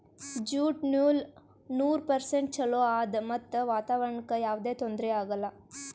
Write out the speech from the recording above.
jute ನೂಲ್ ನೂರ್ percent ಚೊಲೋ ಆದ್ ಮತ್ತ್ ವಾತಾವರಣ್ಕ್ ಯಾವದೇ ತೊಂದ್ರಿ ಆಗಲ್ಲ